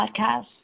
podcast